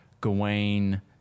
gawain